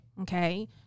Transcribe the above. Okay